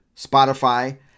Spotify